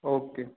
okay